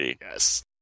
Yes